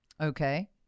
Okay